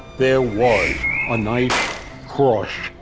there was a nice cross,